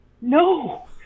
No